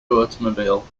automobile